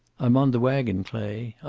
i'm on the wagon, clay.